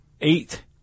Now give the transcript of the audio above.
eight